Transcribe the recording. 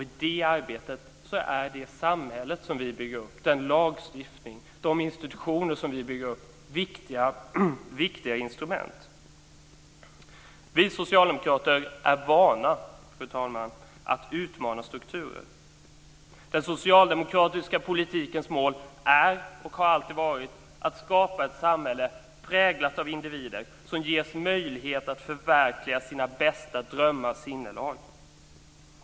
I det arbetet är det samhälle, den lagstiftning och de institutioner som vi bygger upp viktiga instrument. Vi socialdemokrater är vana, fru talman, att utmana strukturer. Den socialdemokratiska politikens mål är och har alltid varit att skapa ett samhälle präglat av individer som ges möjlighet att förverkliga sina bästa drömmars sinnelag.